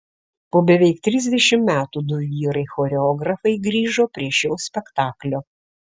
po beveik trisdešimt metų du vyrai choreografai grįžo prie šio spektaklio